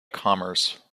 commerce